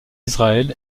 israël